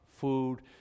food